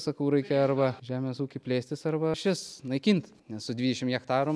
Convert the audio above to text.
sakau reikia arba žemės ūkiui plėstis arba iš vis naikint nes su dvidešim hektarų